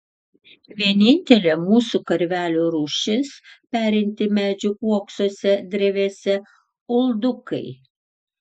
vienintelė mūsų karvelių rūšis perinti medžių uoksuose drevėse uldukai